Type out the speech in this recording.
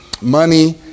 money